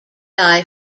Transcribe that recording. eye